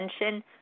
attention